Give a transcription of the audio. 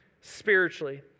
spiritually